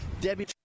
Debbie